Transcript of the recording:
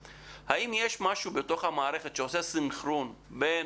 האם יש במערכת משהו שעושה סנכרון בין